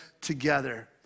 together